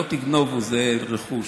"לא תגנוב" זה רכוש.